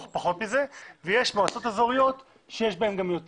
יש מועצות אזוריות שיש בהן גם יותר.